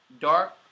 dark